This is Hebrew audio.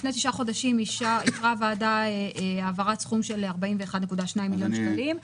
לפני תשעה חודשים אישרה הוועדה העברת סכום של 41.2 מיליון שקלים.